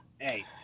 Hey